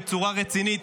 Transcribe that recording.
בצורה רצינית,